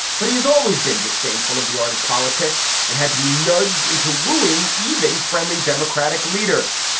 but he has always been disdainful of the art of politics and had to be nudged into wooing even friendly democratic leaders.